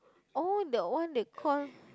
oh that one they call